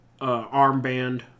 armband